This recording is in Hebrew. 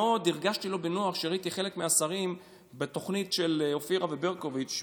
הרגשתי מאוד לא בנוח כשראיתי חלק מהשרים בתוכנית של אופירה וברקוביץ',